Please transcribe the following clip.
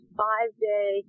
five-day